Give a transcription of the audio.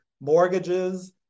Mortgages